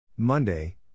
Monday